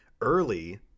early